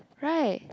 right